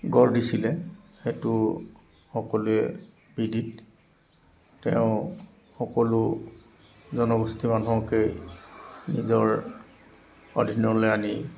গঢ় দিছিলে সেইটো সকলোৰে বিদিত তেওঁ সকলো জনগোষ্ঠীৰ মানুহকেই নিজৰ অধীনলৈ আনি